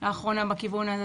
לאחרונה בכיוון הזה.